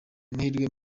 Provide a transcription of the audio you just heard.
amahirwe